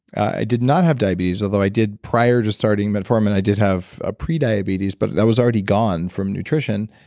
i did not have diabetes, although i did, prior to starting metformin, i did have a pre-diabetes, but that was already gone from nutrition.